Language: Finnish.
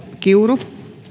kiuru